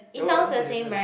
it sounds the same right